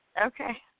Okay